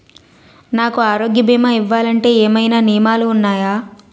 నాకు ఆరోగ్య భీమా ఇవ్వాలంటే ఏమైనా నియమాలు వున్నాయా?